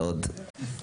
זה עוד משהו.